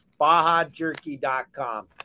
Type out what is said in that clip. BajaJerky.com